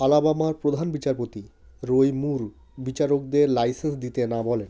আলাবামার প্রধান বিচারপতি Roy Moore বিচারকদের লাইসেন্স দিতে না বলেন